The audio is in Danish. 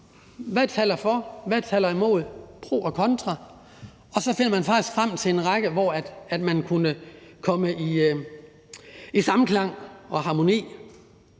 der taler for, og hvad der taler imod, pro et contra, og så finder man faktisk frem til noget, hvor man kunne komme i samklang og harmoni.